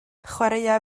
chwaraea